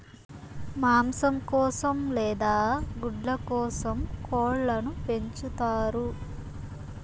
మాంసం కోసం లేదా గుడ్ల కోసం కోళ్ళను పెంచుతారు